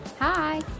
Hi